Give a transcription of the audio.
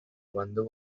wonder